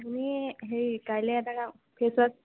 আপুনি হেৰি কাইলৈ এটা কাম ফেচ ৱাশ্ব